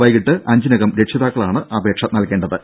വൈകീട്ട് അഞ്ചിനകം രക്ഷിതാക്കളാണ് അപേക്ഷ നൽകേണ്ടത്